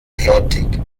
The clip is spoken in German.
tätig